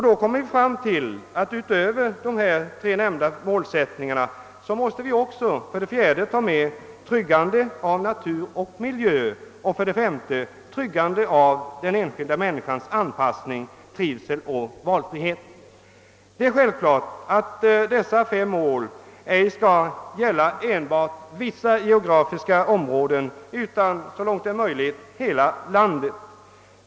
Då finner vi att vi utöver de tre nämnda målsättningarna också måste ta med: för det fjärde tryggande av natur och miljö och för det femte tryggande av den enskilda människans anpassning, trivsel och valfrihet. Det är självklart att dessa fem mål skall gälla inte enbart vissa geografiska områden, utan hela landet.